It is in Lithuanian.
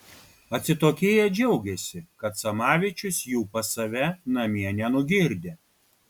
atsitokėję džiaugėsi kad samavičius jų pas save namie nenugirdė